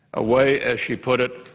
away, as she put it,